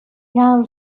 karl